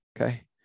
Okay